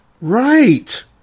Right